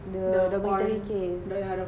the dormitory case